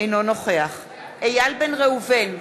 אינו נוכח איל בן ראובן,